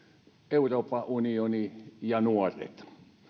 euroopan unioni ja nuoret